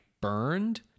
burned